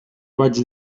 vaig